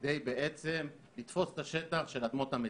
כדי בעצם לתפוס את השטח של אדמות המדינה.